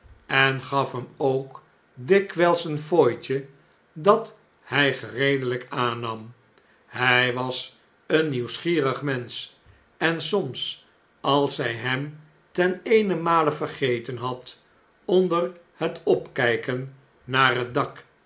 en gaf hem ook dikwjjls een fooitje dat hij gereedelijk aannam hij was een nieuwsgierig mensch en soms als zjj hem ten eenenmale vergeten had onder het opkjjken naar het dak